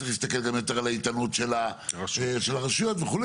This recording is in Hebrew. להסתכל יותר על ה --- של הרשויות וכו',